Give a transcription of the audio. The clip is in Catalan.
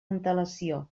antelació